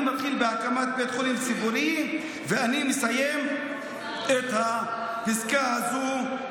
אני מתחיל ב"הקמת בית חולים ציבורי" ואני מסיים את הפסקה הזו,